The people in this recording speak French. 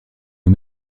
aux